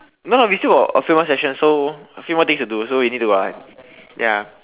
no no we still got a few more session so a few more things to do so you need to buy ya